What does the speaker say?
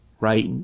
right